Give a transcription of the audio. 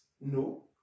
No